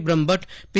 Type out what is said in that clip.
Brahmbhatt પી